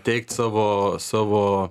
teikt savo savo